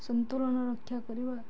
ସନ୍ତୁଳନ ରକ୍ଷା କରିବା